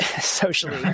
socially